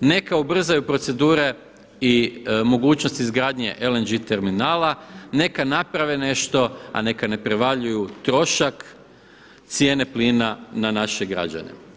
neka ubrzaju procedure i mogućnost izgradnje LNG terminala, neka naprave nešto, a neka ne prevaljuju trošak cijene plina na naše građane.